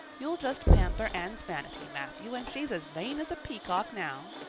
you'll just pamper anne's vanity, matthew, and she's as vain as a peacock now.